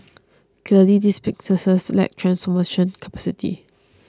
clearly these businesses lack transformation capacity